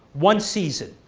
one season.